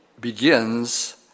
begins